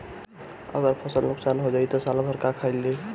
अगर फसल नुकसान हो जाई त साल भर का खाईल जाई